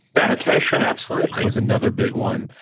sanitation, absolutely, was another big one.